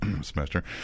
semester